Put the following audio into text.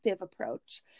approach